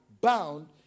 bound